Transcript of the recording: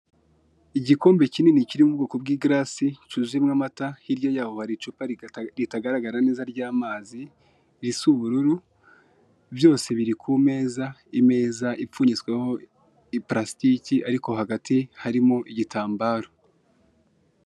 Igikombe kinini kiri mu ubwoko bw'igarasi cyuzuyemwo amata, hirya yaho hari icupa ritagaragara neza ry'amazi risa ubururu, byose biri ku meza, imeza ipfunyitsweho ipalasitiki ariko hagati harimo igitambaro.